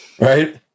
Right